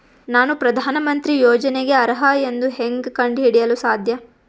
ನಾನು ಪ್ರಧಾನ ಮಂತ್ರಿ ಯೋಜನೆಗೆ ಅರ್ಹ ಎಂದು ಹೆಂಗ್ ಕಂಡ ಹಿಡಿಯಲು ಸಾಧ್ಯ?